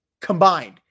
combined